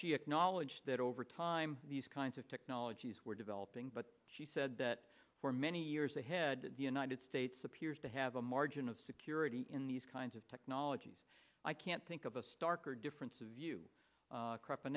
she acknowledged that over time these kinds of technologies were developing but she said that for many years ahead the united states appears to have a margin of security in these kinds of technologies i can't think of a starker difference of view